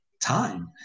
time